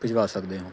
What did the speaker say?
ਭਿਜਵਾ ਸਕਦੇ ਹੋ